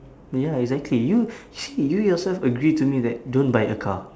ya exactly you see you yourself agree to me that don't buy a car